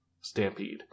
Stampede